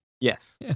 Yes